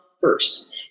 first